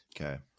Okay